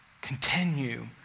Continue